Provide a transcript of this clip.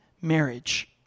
marriage